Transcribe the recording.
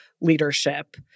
leadership